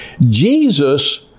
Jesus